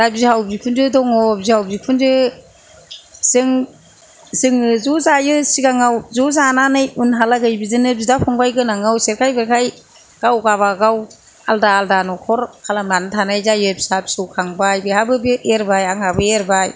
दा बिहाव बिखुनजो दङ' बिहाव बिखुनजो जों जोङो ज' जायो सिगांआव ज' जानानै उनहालागै बिदिनो बिदा फंबाय गोनांआव बिदिनो सेरखाय बेरखाय गाव गाबागाव आलदा आलदा न'खर खालामनानै थानाय जायो फिसा फिसौ खांबाय बेहाबो बे एरबाय आंहाबो एरबाय